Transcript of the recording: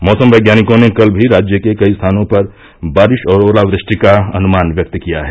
मौसम वैज्ञानिकों ने कल भी राज्य के कई स्थानों पर बारिश और ओलावृष्टि का अनुमान व्यक्त किया है